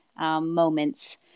moments